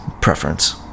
preference